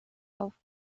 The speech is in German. auf